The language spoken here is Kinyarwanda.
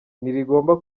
ntirigomba